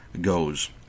goes